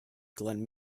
glenn